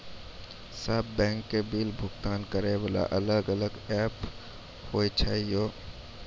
सब बैंक के बिल भुगतान करे वाला अलग अलग ऐप्स होय छै यो?